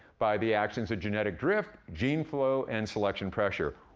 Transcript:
by the actions of genetic drift, gene flow, and selection pressure.